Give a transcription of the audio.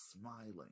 smiling